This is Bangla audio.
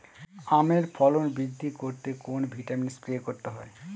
আমের ফলন বৃদ্ধি করতে কোন ভিটামিন স্প্রে করতে হয়?